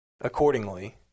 accordingly